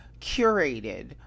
curated